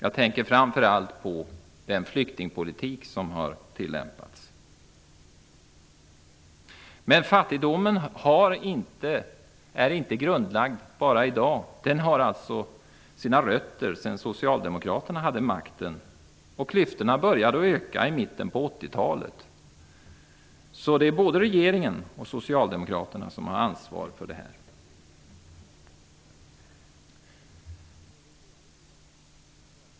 Jag tänker famför allt på den flyktingpolitik som har tillämpats. Men fattigdomen har inte grundlagts i dag; den har sina rötter i tiden då Socialdemokraterna hade makten. Klyftorna började öka i mitten av 80-talet, så både regeringen och Socialdemokraterna har ansvar för detta.